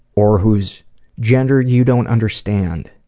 or who's gender you don't understand,